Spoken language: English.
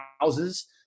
houses